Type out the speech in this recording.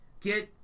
get